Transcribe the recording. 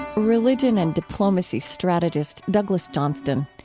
religion and diplomacy strategist douglas johnston.